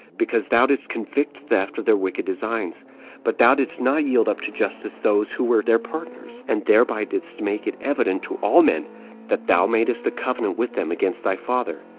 because thou didst convict theft of their wicked designs but thou didst not yield up to justice those who were their partners and thereby didst make it evident to all men that thou madest a covenant with them against thy father,